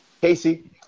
Casey